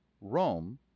Rome